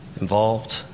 involved